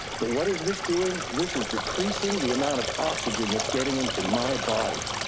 but what is this doing? this is decreasing the amount of oxygen that's getting into my body.